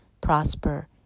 prosper